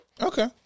Okay